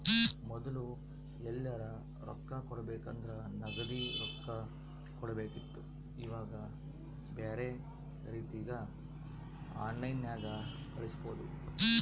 ಮೊದ್ಲು ಎಲ್ಯರಾ ರೊಕ್ಕ ಕೊಡಬೇಕಂದ್ರ ನಗದಿ ರೊಕ್ಕ ಕೊಡಬೇಕಿತ್ತು ಈವಾಗ ಬ್ಯೆರೆ ರೀತಿಗ ಆನ್ಲೈನ್ಯಾಗ ಕಳಿಸ್ಪೊದು